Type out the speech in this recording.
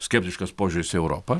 skeptiškas požiūris į europą